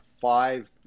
five